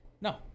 No